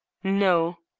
no.